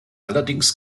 allerdings